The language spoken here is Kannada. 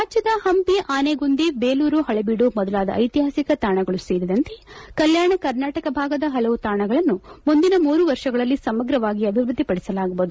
ರಾಜ್ಯದ ಹಂಪಿ ಆನೆಗುಂದಿ ಬೇಲೂರು ಹಳೆಬೀಡು ಮೊದಲಾದ ಐತಿಹಾಸಿಕ ತಾಣಗಳು ಸೇರಿದಂತೆ ಕಲ್ಮಾಣ ಕರ್ನಾಟಕ ಭಾಗದ ಹಲವು ತಾಣಗಳನ್ನು ಮುಂದಿನ ಮೂರು ವರ್ಷಗಳಲ್ಲಿ ಸಮಗ್ರವಾಗಿ ಅಭಿವೃದ್ದಿಪಡಿಸಲಾಗುವುದು